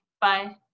Bye